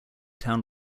town